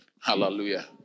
Hallelujah